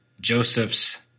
Joseph's